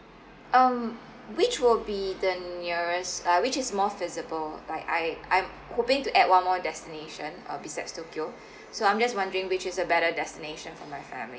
um which will be the nearest uh which is more feasible like I I'm hoping to add one more destination uh besides tokyo so I'm just wondering which is a better destination for my family